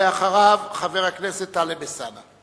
ואחריו, חבר הכנסת טלב אלסאנע.